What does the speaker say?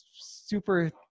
super